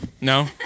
No